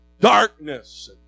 darkness